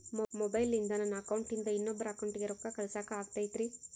ಮೊಬೈಲಿಂದ ನನ್ನ ಅಕೌಂಟಿಂದ ಇನ್ನೊಬ್ಬರ ಅಕೌಂಟಿಗೆ ರೊಕ್ಕ ಕಳಸಾಕ ಆಗ್ತೈತ್ರಿ?